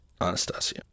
Anastasia